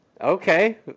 Okay